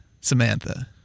Samantha